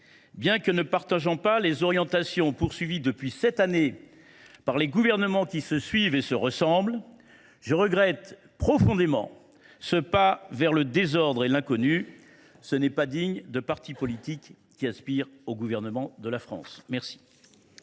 bien que ne partageant pas les orientations poursuivies depuis sept années par les gouvernements qui se suivent et se ressemblent, je regrette profondément ce pas vers le désordre et l’inconnu. Ce n’est pas digne de partis politiques qui aspirent au gouvernement de la France !